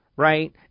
Right